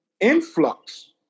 influx